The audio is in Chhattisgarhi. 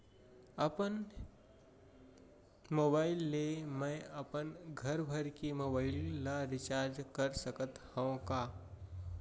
अपन मोबाइल ले मैं अपन घरभर के मोबाइल ला रिचार्ज कर सकत हव का?